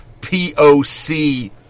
POC